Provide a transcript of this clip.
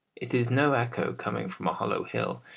it is no echo coming from a hollow hill,